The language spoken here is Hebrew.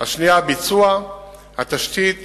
2. ביצוע התשתית